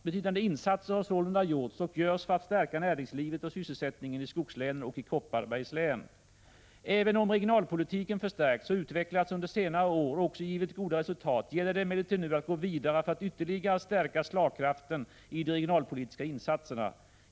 Betydande insatser har sålunda gjorts och görs för att stärka näringslivet och sysselsättningen i skogslänen och i Kopparbergs län. Även om regionalpolitiken förstärkts och utvecklats under senare år och också givit goda resultat gäller det emellertid nu att gå vidare för att ytterligare stärka slagkraften i de regionalpolitiska insatserna.